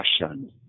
passion